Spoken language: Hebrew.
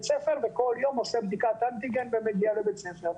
הספר וכל יום עושה בדיקת אנטיגן ומגיע לבית ספר.